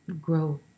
grow